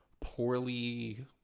poorly